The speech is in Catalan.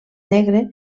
negre